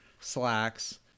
slacks